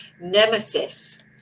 nemesis